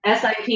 SIP